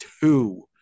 two